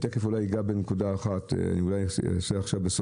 אגע בנקודה אחת בסוגריים.